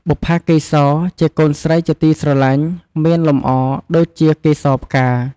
បុប្ផាកេសរ ជាកូនស្រីជាទីស្រលាញ់មានលម្អដូចជាកេសរផ្កា។